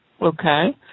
Okay